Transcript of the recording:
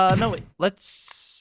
ah no, yeah let's.